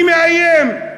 אני מאיים.